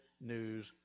news